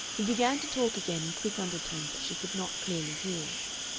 he began to talk again in quick undertones that she could not clearly hear.